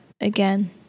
again